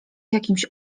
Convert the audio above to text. jakimś